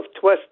twist